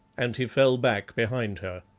and he fell back behind her.